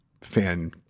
fan